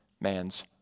man's